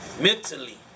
mentally